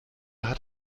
hat